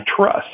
trust